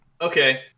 Okay